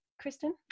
Kristen